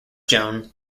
joan